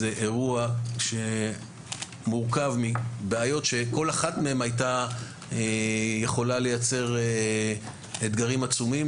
זה אירוע שמורכב מבעיות שכל אחת מהן הייתה יכולה לייצר אתגרים עצומים,